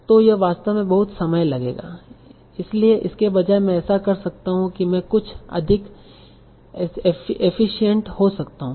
तो यह वास्तव में बहुत समय लगेगा इसलिए इसके बजाय मैं ऐसा कर सकता हूं कि मैं कुछ अधिक एफिसियन्ट हो सकता हूं